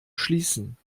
schließen